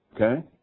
Okay